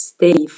Stay